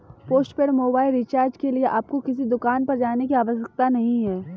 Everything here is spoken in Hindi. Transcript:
पोस्टपेड मोबाइल रिचार्ज के लिए आपको किसी दुकान पर जाने की आवश्यकता नहीं है